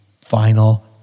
final